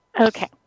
Okay